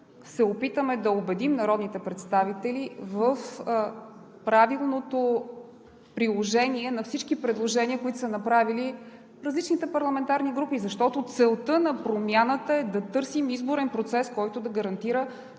се опитаме да убедим народните представители в правилното приложение на всички предложения, които са направили различните парламентарни групи. Целта на промяната е да търсим изборен процес, който да гарантира